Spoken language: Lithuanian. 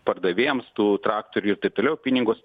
pardavėjams tų traktorių ir taip toliau pinigus